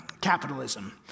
capitalism